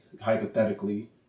hypothetically